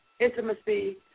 intimacy